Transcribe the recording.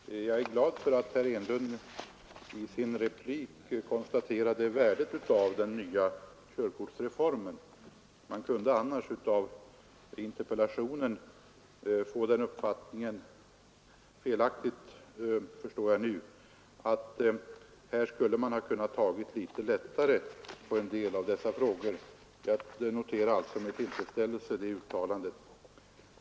Herr talman! Jag är glad över att herr Enlund i sitt anförande konstaterade värdet av den nya körkortsreformen. Man kunde av interpellationen få uppfattningen — felaktigt, förstår jag nu — att herr Enlund ansåg att man skulle ha kunnat ta litet lättare på en del av dessa frågor. Jag noterar alltså med tillfredsställelse det uttalandet.